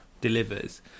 delivers